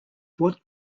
what